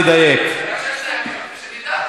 שנדע, לא.